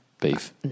Beef